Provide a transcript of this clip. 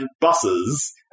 buses